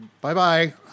Bye-bye